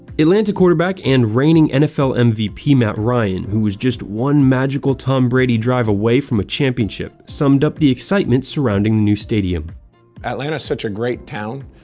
atlanta quarterback and reigning nfl mvp matt ryan who was just one magical tom brady drive away from a championship summed up the excitement surrounding the new stadium atlanta's such a great town.